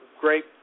great